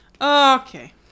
Okay